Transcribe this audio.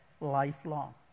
lifelong